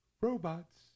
robots